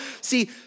See